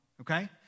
okay